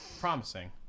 promising